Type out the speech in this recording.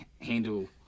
handle